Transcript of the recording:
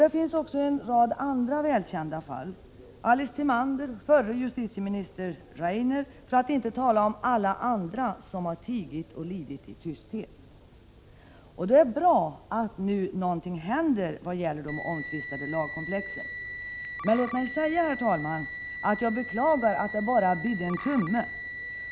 Det finns också en rad andra välkända fall: Alice Timander och förre justitieministern Rainer — för att inte tala om alla som tigit och lidit i tysthet! Det är bra att nu något händer vad gäller de omtvistade lagkomplexen. Men låt mig säga, herr talman, att jag beklagar att det bara ”bidde en tumme”.